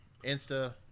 Insta